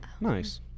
nice